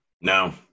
no